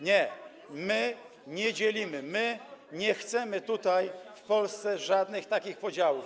Nie, my nie dzielimy, my nie chcemy tutaj w Polsce żadnych takich podziałów.